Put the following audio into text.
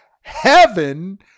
heaven